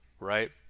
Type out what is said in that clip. Right